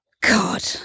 God